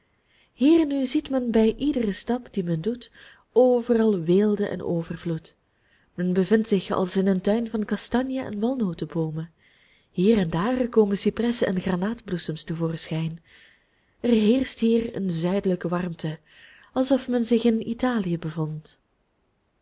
hier nu ziet men bij iederen stap dien men doet overal weelde en overvloed men bevindt zich als in een tuin van kastanje en walnoteboomen hier en daar komen cipressen en granaatbloesems te voorschijn er heerscht hier eene zuidelijke warmte alsof men zich in italië bevond